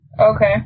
Okay